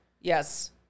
Yes